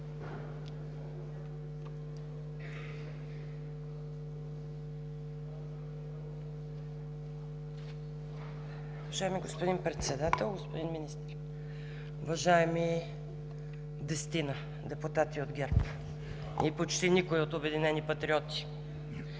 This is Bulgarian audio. Уважаеми господин Председател, господин Министър, уважаеми десетина депутати от ГЕРБ и почти никой от „Обединени патриоти“,